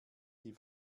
die